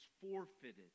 forfeited